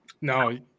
No